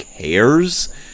cares